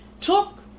took